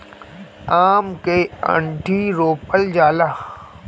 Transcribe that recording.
आम के आंठी रोपल जाला